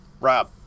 Rob